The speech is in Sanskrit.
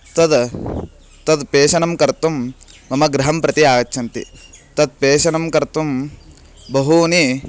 तद् तद् पेषणं कर्तुं मम गृहं प्रति आगच्छन्ति तत्पेषणं कर्तुं बहूनि